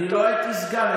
לא הייתי סגן.